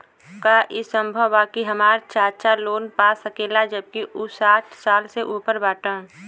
का ई संभव बा कि हमार चाचा लोन पा सकेला जबकि उ साठ साल से ऊपर बाटन?